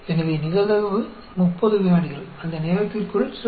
எனவே நிகழ்தகவு 30 விநாடிகள் அந்த நேரத்திற்குள் 0